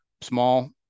small